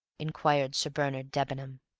inquired sir bernard debenham.